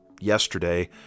yesterday